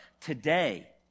today